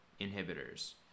inhibitors